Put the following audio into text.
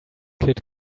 kid